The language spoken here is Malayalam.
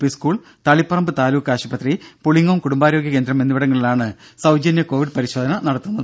പി സ്കൂൾ തളിപ്പറമ്പ് താലൂക്ക് ആശുപത്രി പുളിങ്ങോം കുടുംബാരോഗ്യകേന്ദ്രം എന്നിവിടങ്ങളിലാണ് സൌജന്യ കൊവിഡ് പരിശോധന നടത്തുന്നത്